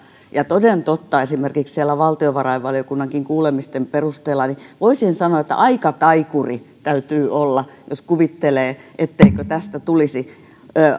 ja toden totta esimerkiksi valtiovarainvaliokunnankin kuulemisten perusteella voisin sanoa että aika taikuri täytyy olla jos kuvittelee etteikö tästä tulisi